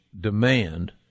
demand